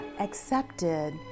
accepted